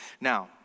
Now